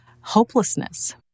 hopelessness